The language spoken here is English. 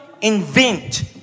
invent